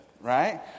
right